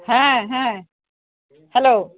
হ্যাঁ হ্যাঁ হ্যালো